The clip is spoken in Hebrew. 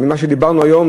עם מה שדיברנו היום,